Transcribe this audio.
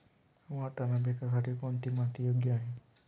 वाटाणा पिकासाठी कोणती माती योग्य आहे?